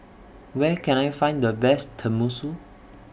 Where Can I Find The Best Tenmusu